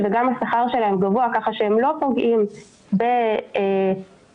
כל הרשימה שמונחת בפניך הם בתוך ה-800.